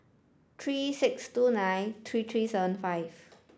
three six two nine three three seven five